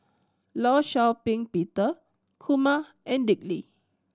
Law Shau Ping Peter Kumar and Dick Lee